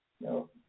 No